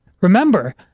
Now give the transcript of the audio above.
Remember